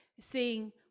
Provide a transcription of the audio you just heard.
Seeing